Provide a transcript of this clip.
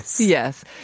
Yes